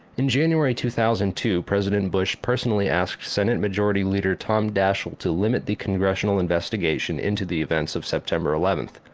in january two thousand and two president bush personally asked senate majority leader tom daschle to limit the congressional investigation into the events of september eleventh.